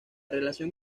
relación